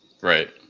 Right